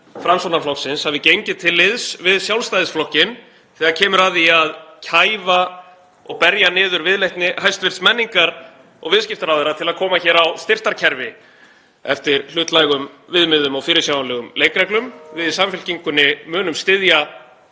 Framsóknarflokksins hafi gengið til liðs við Sjálfstæðisflokkinn þegar kemur að því að kæfa og berja niður viðleitni hæstv. menningar- og viðskiptaráðherra til að koma hér á styrktarkerfi eftir hlutlægum viðmiðum og fyrirsjáanlegum leikreglum. Við í Samfylkingunni munum styðja